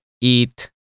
eat